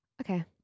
Okay